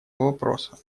вопроса